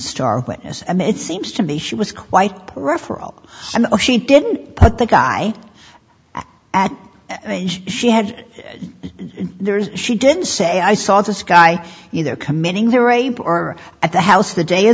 star witness and it seems to me she was quite peripheral and she didn't put the guy at she had there's she didn't say i saw this guy either committing the rape or at the house the day